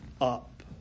up